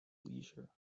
leisure